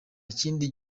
kindi